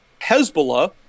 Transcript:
Hezbollah